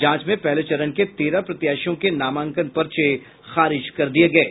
जांच में पहले चरण के तेरह प्रत्याशियों के नामांकन पर्चे खारिज कर दिये गये